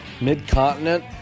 Mid-Continent